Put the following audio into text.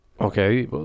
Okay